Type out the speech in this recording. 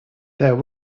their